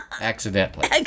Accidentally